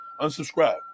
Unsubscribe